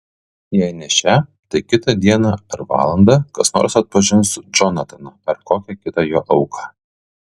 jei ne šią tai kitą dieną ar valandą kas nors atpažins džonataną ar kokią kitą jo auką